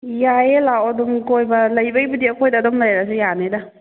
ꯌꯥꯏꯌꯦ ꯂꯥꯛꯑꯣ ꯑꯗꯨꯝ ꯀꯣꯏꯕ ꯂꯩꯕꯩꯕꯨꯗꯤ ꯑꯩꯈꯣꯏꯗ ꯑꯗꯨꯝ ꯂꯩꯔꯁꯨ ꯌꯥꯅꯤꯗ